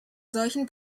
solchen